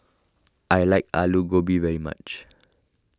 I like Alu Gobi very much